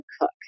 cook